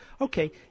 Okay